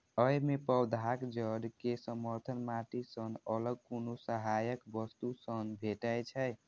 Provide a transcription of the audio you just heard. अय मे पौधाक जड़ कें समर्थन माटि सं अलग कोनो सहायक वस्तु सं भेटै छै